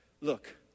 Look